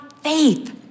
faith